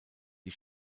die